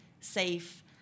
safe